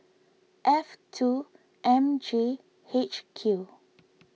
F two M J H Q